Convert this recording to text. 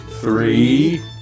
Three